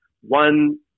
one